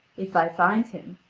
if i find him,